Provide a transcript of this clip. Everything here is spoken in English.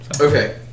Okay